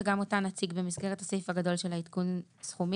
וגם אותה נציג במסגרת הסעיף הגדול של עדכון הסכומים.